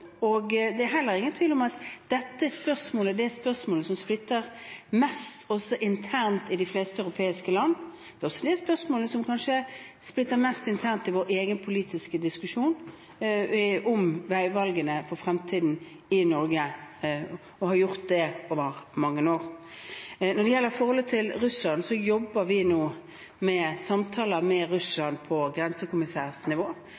Det er heller ingen tvil om at dette spørsmålet er det spørsmålet som splitter mest også internt i de fleste europeiske land, og også det spørsmålet som kanskje splitter mest i vår egen politiske diskusjon om veivalgene for fremtiden i Norge, og har gjort det over mange år. Når det gjelder forholdet til Russland, jobber vi nå med samtaler med Russland på